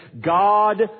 God